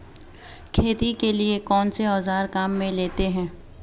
खेती के लिए कौनसे औज़ार काम में लेते हैं?